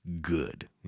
good